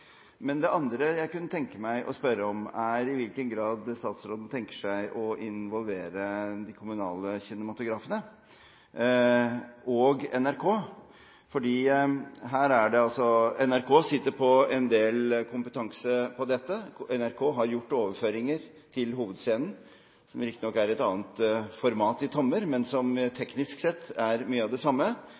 Det andre jeg kunne tenke meg å spørre om, er i hvilken grad statsråden tenker seg å involvere de kommunale kinematografene og NRK, for NRK sitter på en del kompetanse her. NRK har gjort overføringer til Hovedscenen, som riktignok er et annet format i tommer, men som teknisk sett er mye av det samme.